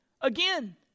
again